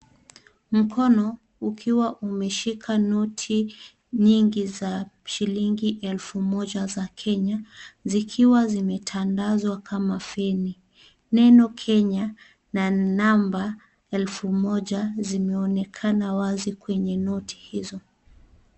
Mkono ukiwa umeshika noti nyingi za shilingi elfu moja za Kenya zikiwa zimetandazwa Kama fini, neno Kenya na namba elfu moja zimeonekana wazi kwenye noti hizo.